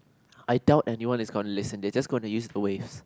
I doubt anyone is going to listen they just going to use the waves